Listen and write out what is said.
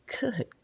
good